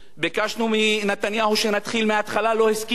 ביקשנו מנתניהו שנתחיל מההתחלה, לא הסכים,